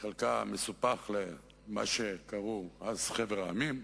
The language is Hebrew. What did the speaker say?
חלקה מסופח למה שקראו אז חבר העמים,